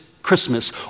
Christmas